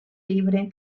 libre